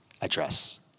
address